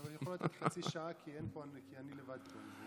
אוקיי, אז אני יכול לתת חצי שעה, כי אני לבד פה.